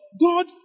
God